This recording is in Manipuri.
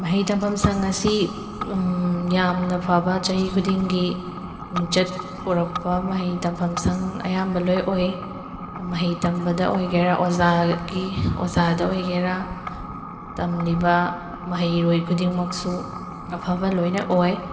ꯃꯍꯩ ꯇꯝꯐꯝ ꯁꯪ ꯑꯁꯤ ꯌꯥꯝꯅ ꯐꯕ ꯆꯍꯤ ꯈꯨꯗꯤꯡꯒꯤ ꯃꯤꯡꯆꯠ ꯄꯨꯔꯛꯄ ꯃꯍꯩ ꯇꯝꯐꯝ ꯁꯪ ꯑꯌꯥꯝꯕ ꯂꯣꯏꯅ ꯑꯣꯏ ꯃꯍꯩ ꯇꯝꯕꯗ ꯑꯣꯏꯒꯦꯔꯥ ꯑꯣꯖꯥꯒꯤ ꯑꯣꯖꯥꯗ ꯑꯣꯏꯒꯦꯔꯥ ꯇꯝꯂꯤꯕ ꯃꯍꯩꯔꯣꯏ ꯈꯨꯗꯤꯡꯃꯛꯁꯨ ꯑꯐꯕ ꯂꯣꯏꯅ ꯑꯣꯏ